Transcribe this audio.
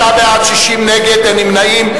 29 בעד, 60 נגד, אין נמנעים.